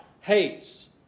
hates